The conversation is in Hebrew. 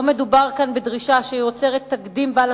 לא מדובר כאן בדרישה שיוצרת תקדים בעל